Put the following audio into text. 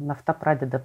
nafta pradeda